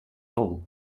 all